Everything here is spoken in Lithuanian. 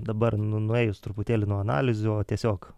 dabar nu nuėjus truputėlį nuo analizių o tiesiog